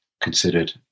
considered